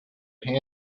her